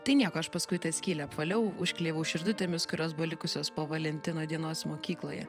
tai nieko aš paskui tą skylę apvaliau užklijavau širdutėmis kurios buvo likusios po valentino dienos mokykloje